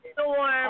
Storm